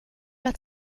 att